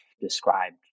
described